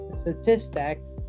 statistics